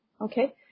okay